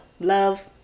Love